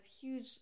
huge